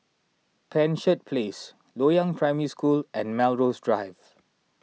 Penshurst Place Loyang Primary School and Melrose Drive